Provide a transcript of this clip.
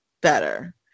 better